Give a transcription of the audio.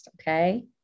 Okay